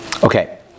Okay